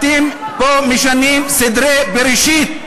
אתם פה משנים סדרי בראשית.